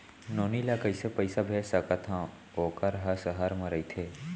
नोनी ल कइसे पइसा भेज सकथव वोकर ह सहर म रइथे?